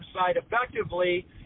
Effectively